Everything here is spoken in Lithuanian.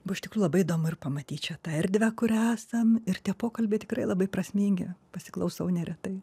buvo iš tikrųjų labai įdomu ir pamatyt čia tą erdvę kur esam ir tie pokalbiai tikrai labai prasmingi pasiklausau neretai